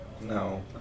No